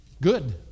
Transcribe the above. good